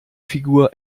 figur